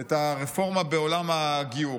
את הרפורמה בעולם הגיור.